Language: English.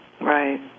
Right